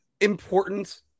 important